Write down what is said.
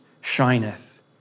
shineth